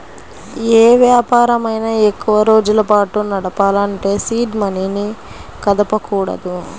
యే వ్యాపారమైనా ఎక్కువరోజుల పాటు నడపాలంటే సీడ్ మనీని కదపకూడదు